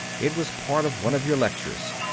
it was part of one of your lectures.